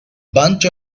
bunch